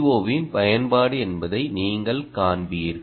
ஓவின் பயன்பாடு என்பதை நீங்கள் காண்பீர்கள்